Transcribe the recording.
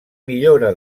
millora